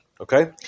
Okay